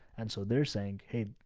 and so they're saying, hey,